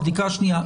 הבדיקה השנייה.